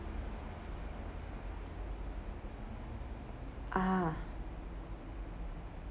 ah